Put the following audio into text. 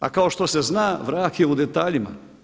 A kao što se zna vrag je u detaljima.